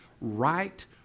right